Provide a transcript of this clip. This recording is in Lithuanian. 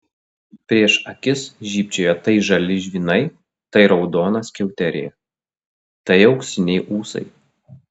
prieš akis žybčiojo tai žali žvynai tai raudona skiauterė tai auksiniai ūsai